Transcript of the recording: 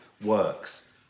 works